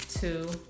two